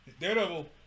Daredevil